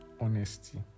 honesty